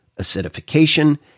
acidification